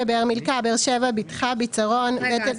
באר מילכה באר שבע בטחה ביצרון רגע.